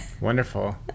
Wonderful